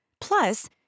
Plus